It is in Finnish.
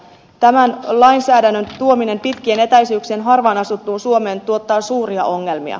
tämän lainsäädännön tuominen pitkien etäisyyksien harvaanasuttuun suomeen tuottaa suuria ongelmia